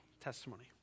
testimony